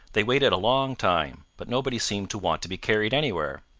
they waited a long time, but nobody seemed to want to be carried anywhere.